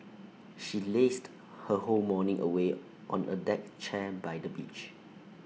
she lazed her whole morning away on A deck chair by the beach